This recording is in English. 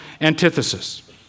antithesis